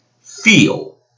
feel